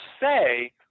say